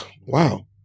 wow